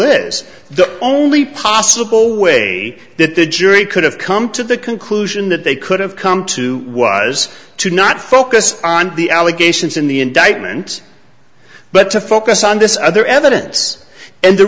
is the only possible way that the jury could have come to the conclusion that they could have come to was to not focus on the allegations in the indictment but to focus on this other evidence and the